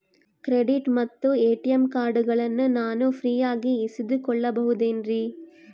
Credit ಮತ್ತ ATM ಕಾರ್ಡಗಳನ್ನ ನಾನು ಫ್ರೇಯಾಗಿ ಇಸಿದುಕೊಳ್ಳಬಹುದೇನ್ರಿ?